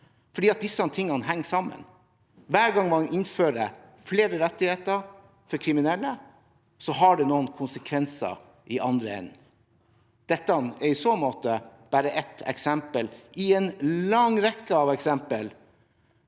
for disse tingene henger sammen. Hver gang man innfører flere rettigheter for kriminelle, har det noen konsekvenser i andre enden. Dette er i så måte bare ett eksempel av en lang rekke av eksempler